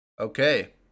Okay